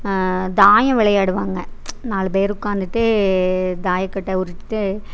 தாயம் விளையாடுவாங்க நாலு பேர் உட்காந்துட்டு தாயக்கட்டை உருட்டிகிட்டு